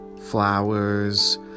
flowers